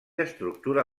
estructura